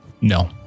No